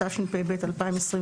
התשפ"ב-2021,